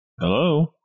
hello